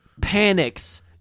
panics